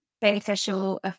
beneficial